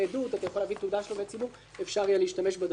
להביא תעודה של עובד ציבור אפשר יהיה להשתמש בזה,